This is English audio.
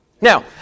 Now